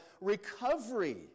recovery